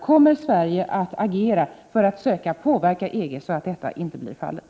Kommer Sverige att agera för att söka påverka EG att inte göra det?